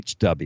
HW